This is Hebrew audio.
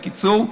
בקיצור,